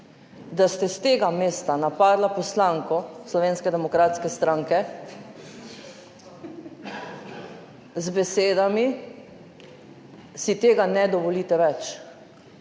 da ste s tega mesta napadli poslanko Slovenske demokratske stranke, z besedami, si tega ne dovolite več,